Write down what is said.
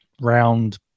round